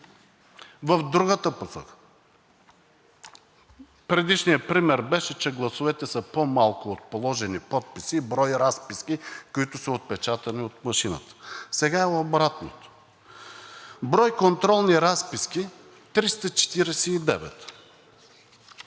в другата посока. Предишният пример беше, че гласовете са по-малко от положени подписи и брой разписки, които са отпечатани от машината. Сега е обратното. Брой контролни разписки – 349,